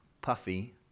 puffy